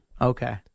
Okay